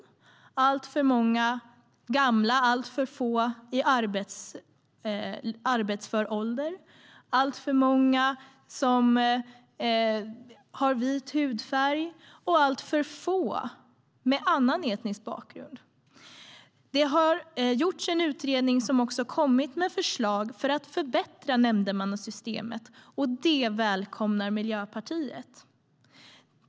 Det har varit alltför många gamla och alltför få i arbetsför ålder. Det har varit alltför många som har vit hudfärg och alltför få med annan etnisk bakgrund. Det har gjorts en utredning som också har kommit med förslag för att förbättra nämndemannasystemet. Och det välkomnar Miljöpartiet.